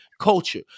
culture